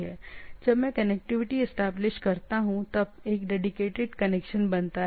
इसलिए क्या मैं एक कनेक्टिविटी एस्टेब्लिश करता हूं या नहीं मैं इसे ट्रांसमिट करता हूं या नहीं यह एक डेडीकेटेड कनेक्शन है